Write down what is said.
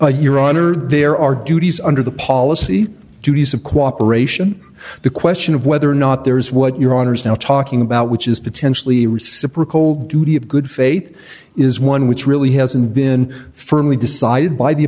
request your honor there are duties under the policy duties of cooperation the question of whether or not there is what your honor is now talking about which is potentially reciprocal duty of good faith is one which really hasn't been firmly decided by the